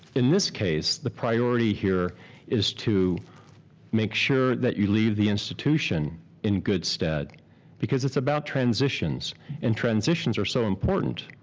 in this case, the priority here is to make sure that you leave the institution in good stead because it's about transitions and transitions are so important.